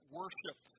worship